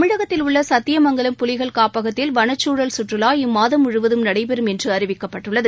தமிழகத்தில் உள்ள சத்தியமங்கலம் புலிகள் காப்பகத்தில் வனச் சூழல் சுற்றுலா இம்மாதம் முழுவதும் நடைபெறும் என்று அறிவிக்கப்பட்டுள்ளது